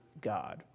God